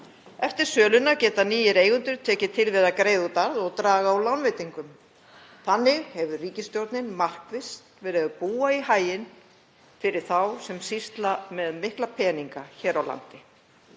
Eftir söluna geta nýir eigendur tekið til við að greiða út arð og draga úr lánveitingum. Þannig hefur ríkisstjórnin markvisst verið að búa í haginn fyrir þá sem sýsla með mikla peninga hér á landi.